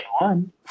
one